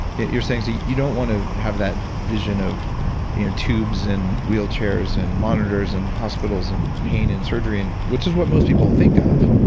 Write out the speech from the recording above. you're saying so you you don't want to have that vision of in tubes and wheelchairs and monitors and hospitals and pain and surgery, which is what most people think of,